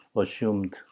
assumed